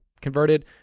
converted